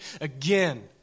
again